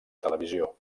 televisió